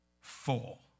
full